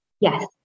Yes